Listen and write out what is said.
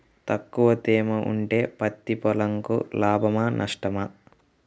తక్కువ తేమ ఉంటే పత్తి పొలంకు లాభమా? నష్టమా?